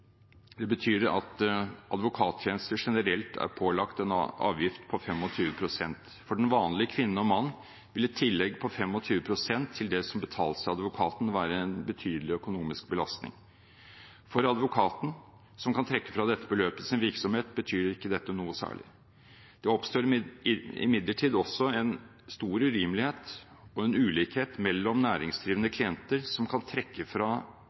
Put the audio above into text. Det betyr at advokattjenester generelt er pålagt en avgift på 25 pst. For den vanlige kvinne og mann vil et tillegg på 25 pst. til det som betales til advokaten, være en betydelig økonomisk belastning. For advokaten, som kan trekke fra dette beløpet i sin virksomhet, betyr ikke dette noe særlig. Det oppstår imidlertid også en urimelig ulikhet mellom næringsdrivende klienter som kan trekke fra